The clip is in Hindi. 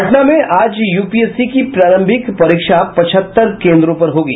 पटना में आज यूपीएससी की प्रारंभिक परीक्षा पचहत्तर केंद्रों पर होगी